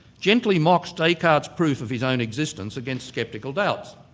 gently mocks descartes' proof of his own existence against sceptical doubts.